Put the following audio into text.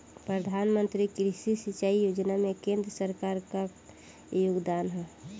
प्रधानमंत्री कृषि सिंचाई योजना में केंद्र सरकार क का योगदान ह?